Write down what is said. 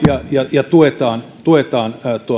ja tuetaan tuetaan